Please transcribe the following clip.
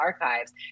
archives